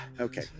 Okay